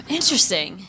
Interesting